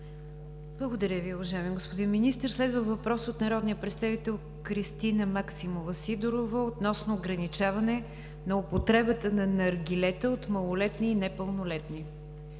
Благодаря Ви, уважаеми господин Министър. Следва въпрос от народния представител Кристина Максимова Сидорова, относно ограничаване на употребата на наргилета от малолетни и непълнолетни.